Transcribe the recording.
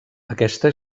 aquesta